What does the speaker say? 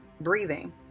breathing